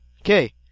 okay